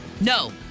No